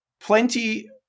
plenty